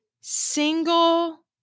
single